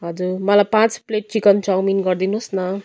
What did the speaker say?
हजुर मलाई पाँच प्लेट चिकन चाउमिन गरिदिनु होस् न